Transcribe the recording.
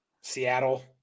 Seattle